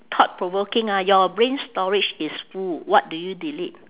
thought-provoking ah your brain storage is full what do you delete